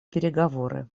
переговоры